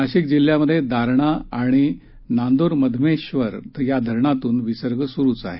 नाशिक जिल्ह्यात दारणा आणि नांद्रमध्यमेश्वर धरणातून विसर्ग सुरूच आहे